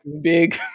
big